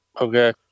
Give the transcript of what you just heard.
Okay